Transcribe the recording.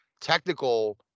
technical